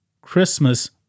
Christmas